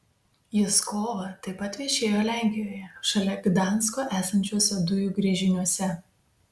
jis kovą taip pat viešėjo lenkijoje šalia gdansko esančiuose dujų gręžiniuose